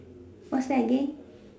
what's that again